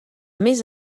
més